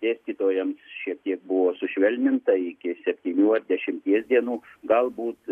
dėstytojams šiek tiek buvo sušvelninta iki septynių ar dešimties dienų galbūt